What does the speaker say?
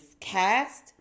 cast